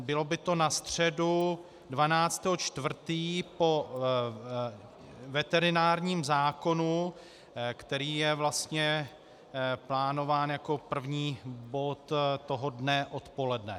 Bylo by to na středu 12. 4. po veterinárním zákonu, který je vlastně plánován jako první bod toho dne odpoledne.